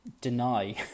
deny